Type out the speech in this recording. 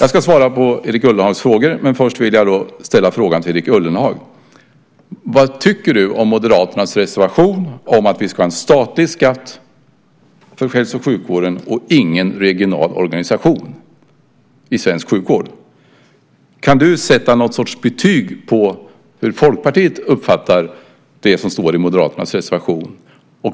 Jag ska svara på Erik Ullenhags frågor, men först vill jag ställa en fråga till Erik Ullenhag. Vad tycker du om Moderaternas reservation om att vi ska ha en statlig skatt för hälso och sjukvården och ingen regional organisation i svensk sjukvård? Kan du sätta någon sorts betyg och tala om hur Folkpartiet uppfattar det som står i Moderaternas reservation?